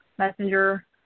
Messenger